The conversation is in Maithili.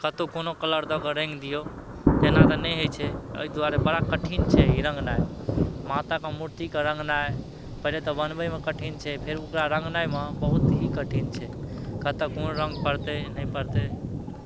कतहु कोनो कलर दऽ कऽ रङ्गि दियौ तेना तऽ नहि होइ छै अइ दुआरे बड़ा कठिन छै ई रङ्गनाइ माताके मूर्तिके रङ्गनाइ पहिले तऽ बनबयमे कठिन छै फेर ओकरा रङ्गनाइमे बहुत ही कठिन छै कतऽ कोनो रङ्ग पड़तइ नहि पड़तइ